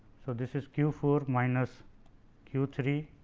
so, this is q four minus q three